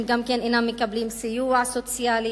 הם גם אינם מקבלים סיוע סוציאלי,